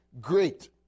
great